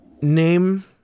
Name